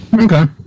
Okay